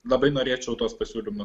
labai norėčiau tuos pasiūlymus